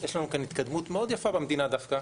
יש לנו התקדמות מאוד יפות במדינה דווקא,